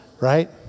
Right